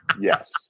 Yes